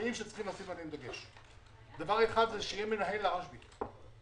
היה מנהל אבל הוא לא תפקד בצורה ראויה.